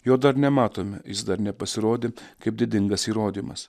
jo dar nematome jis dar nepasirodė kaip didingas įrodymas